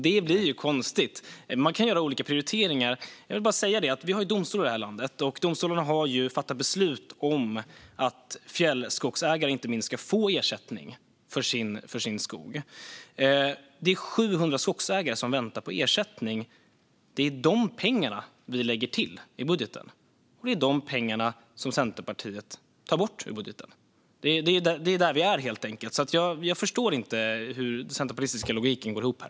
Det blir ju konstigt. Man kan göra olika prioriteringar, men en sak vill jag säga: Vi har ju domstolar i det här landet, och de har fattat beslut om att inte minst fjällskogsägare ska få ersättning för sin skog. Det är 700 skogsägare som väntar på ersättning. Det är de pengarna vi lägger till i budgeten, och det är de pengarna Centerpartiet tar bort ur budgeten. Det är där vi är, helt enkelt. Jag förstår inte hur den centerpartistiska logiken går ihop här.